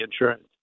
insurance